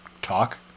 talk